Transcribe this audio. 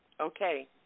Okay